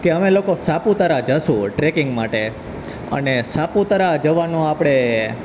કે અમે લોકો સાપુતારા જઈશું ટ્રેકિંગ માટે અને સાપુતારા જવાનો આપણે